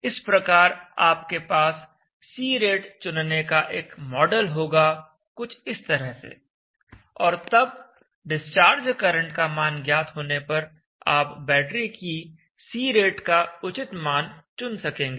इस प्रकार आपके पास C रेट चुनने का एक मॉडल होगा कुछ इस तरह से और तब डिस्चार्ज करंट का मान ज्ञात होने पर आप बैटरी की C रेट का उचित मान चुन सकेंगे